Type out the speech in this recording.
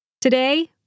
Today